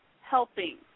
helping